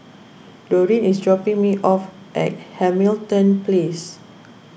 Doreen is dropping me off at Hamilton Place